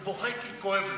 הוא בוכה כי כואב לו.